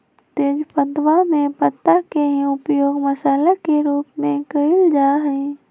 तेजपत्तवा में पत्ता के ही उपयोग मसाला के रूप में कइल जा हई